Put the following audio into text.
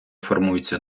формується